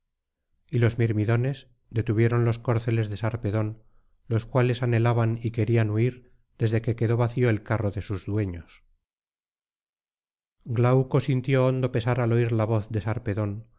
y los mirmidones detuvieron los corceles de sarpedón los cuales anhelaban y querían huir desde que quedó vacío el carro de sus dueños glauco sintió hondo pesar al oir la voz de sarpedón